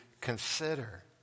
consider